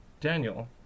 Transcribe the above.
Daniel